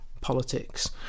politics